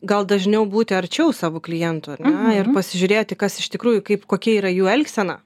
gal dažniau būti arčiau savo klientų ar ne ir pasižiūrėti kas iš tikrųjų kaip kokia yra jų elgsena